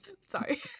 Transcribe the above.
sorry